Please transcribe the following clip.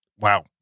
wow